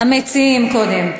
המציעים קודם.